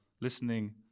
listening